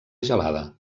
gelada